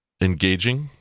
engaging